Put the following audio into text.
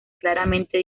claramente